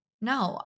No